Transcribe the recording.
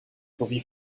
sowie